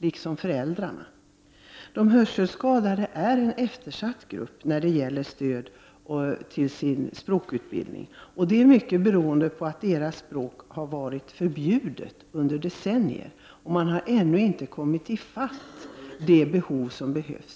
såsom fallet är beträffande föräldrarna. De hörselskadade är en eftersatt grupp när det gäller stöd till språkundervisning. Detta beror till stor del på att de hörselskadades språk, dvs. teckenspråket, under decennier har varit förbjudet. Man har ännu inte täckt det behov som finns.